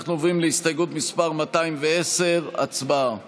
אנחנו עוברים להסתייגות 112, הצבעה.